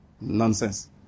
Nonsense